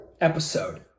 episode